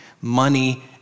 money